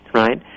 right